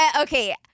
okay